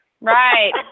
right